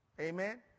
Amen